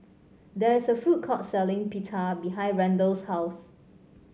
there is a food court selling Pita behind Randal's house